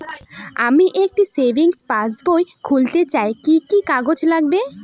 আমি একটি সেভিংস পাসবই খুলতে চাই কি কি কাগজ লাগবে?